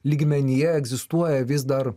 lygmenyje egzistuoja vis dar